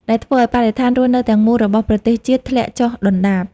ដែលធ្វើឱ្យបរិស្ថានរស់នៅទាំងមូលរបស់ប្រទេសជាតិធ្លាក់ចុះដុនដាប។